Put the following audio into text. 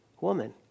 woman